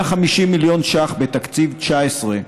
150 מיליון ש"ח בתקציב 2019,